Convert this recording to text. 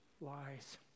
lies